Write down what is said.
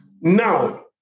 Now